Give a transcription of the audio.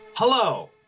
Hello